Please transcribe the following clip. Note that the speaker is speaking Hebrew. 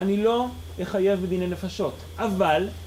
אני לא אחייב בדיני לנפשות, אבל...